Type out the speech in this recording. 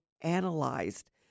analyzed